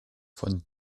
von